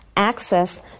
access